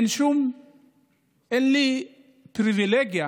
אין לי פריבילגיה